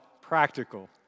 practical